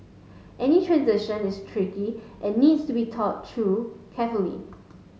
any transition is tricky and needs to be thought through carefully